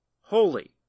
holy